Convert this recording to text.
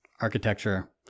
architecture